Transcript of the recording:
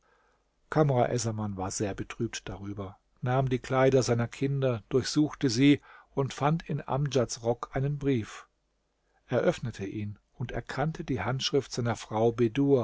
essaman ward sehr betrübt darüber nahm die kleider seiner kinder durchsuchte sie und fand in amdjads rock einen brief er öffnete ihn und erkannte die handschrift seiner frau